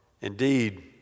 indeed